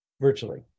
virtually